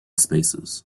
spaces